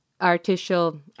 artificial